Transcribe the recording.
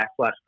backslash